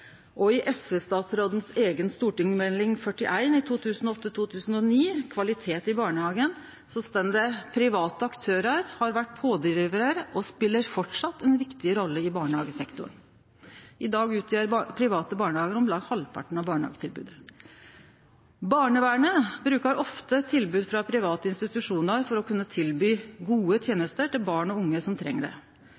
Og i SV-statsråden si eiga St.meld. nr. 41 for 2008–2009, Kvalitet i barnehagen, står det: «Private aktører har vært pådrivere og spiller fortsatt en viktig rolle i barnehagesektoren.» I dag utgjer dei private barnehagane om lag halvparten av barnehagetilbodet. Barnevernet bruker ofte tilbod frå private institusjonar for å kunne tilby gode